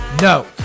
No